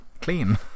clean